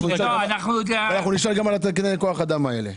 אנחנו נישאר על תקני כוח האדם הללו.